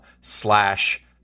slash